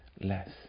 less